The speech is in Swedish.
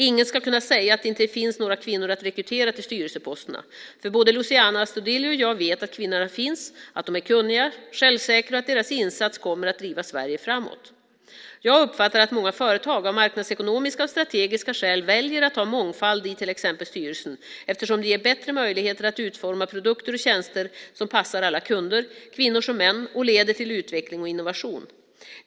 Ingen ska kunna säga att det inte finns några kvinnor att rekrytera till styrelseposterna, för både Luciano Astudillo och jag vet att kvinnorna finns, att de är kunniga och självsäkra och att deras insats kommer att driva Sverige framåt. Jag uppfattar att många företag av marknadsekonomiska och strategiska skäl väljer att ha mångfald i till exempel styrelsen, eftersom det ger bättre möjligheter att utforma produkter och tjänster som passar alla kunder, kvinnor som män, och leder till utveckling och innovation.